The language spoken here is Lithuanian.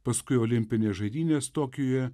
paskui olimpinės žaidynės tokijuje